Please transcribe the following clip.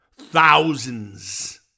Thousands